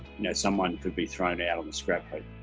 know someone could be thrown out on the scrap